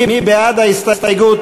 מי בעד ההסתייגות?